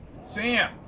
Sam